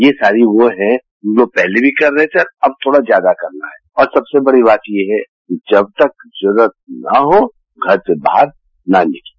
ये सारी वों है हमलोग पहले भी कर रहे थे अब थोड़ा ज्यादा करना है और सबसे बड़ी बात ये है कि जब तक जरूरत न हो घर से बाहर न निकलें